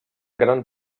gran